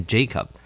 Jacob